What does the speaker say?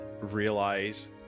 realize